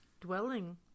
dwelling